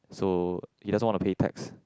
so he doesn't want to pay tax